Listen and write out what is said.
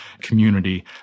community